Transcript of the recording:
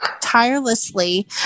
tirelessly